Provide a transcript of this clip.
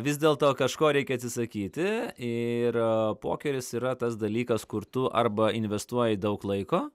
vis dėlto kažko reikia atsisakyti ir pokeris yra tas dalykas kur tu arba investuoji daug laiko